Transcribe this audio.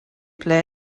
play